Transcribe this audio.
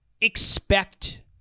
expect